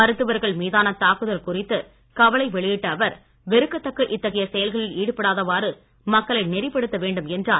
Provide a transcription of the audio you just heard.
மருத்துவர்கள் மீதான தாக்குதல் குறித்து கவலை வெளியிட்ட அவர் வெறுக்கத்தக்க இத்தகைய செயல்களில் ஈடுபடாதவாறு மக்களை நெறிபடுத்த வேண்டும் என்றார்